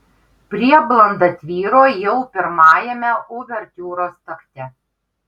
prieblanda tvyro jau pirmajame uvertiūros takte